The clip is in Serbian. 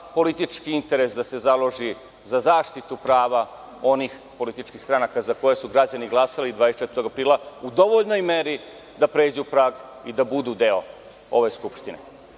politički interes da se založi za zaštitu prava onih političkih stranaka za koje su građani glasali 24. aprila u dovoljnoj meri da pređu prag i da budu deo ove Skupštine.